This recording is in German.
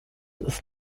ist